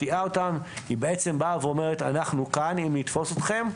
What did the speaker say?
היא בעצם באה ואומרת - אנחנו כאן, אם נתפוס אתכם,